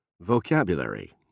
Vocabulary